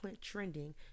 trending